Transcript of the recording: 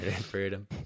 freedom